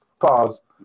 Pause